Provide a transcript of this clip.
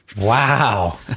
Wow